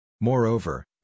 Moreover